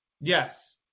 Yes